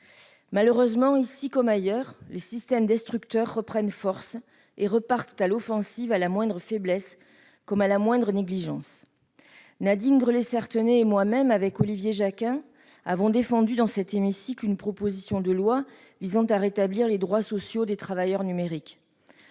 Malheureusement, ici comme ailleurs, les systèmes destructeurs reprennent force et repartent à l'offensive à la moindre faiblesse comme à la moindre négligence ... Nadine Grelet-Certenais, Olivier Jacquin et moi-même avons défendu dans cet hémicycle une proposition de loi visant à rétablir les droits sociaux des travailleurs numériques.